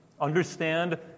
understand